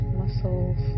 muscles